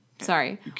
Sorry